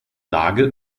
lage